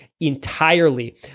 entirely